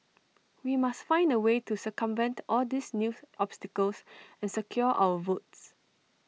we must find A way to circumvent all these news obstacles and secure our votes